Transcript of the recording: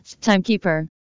timekeeper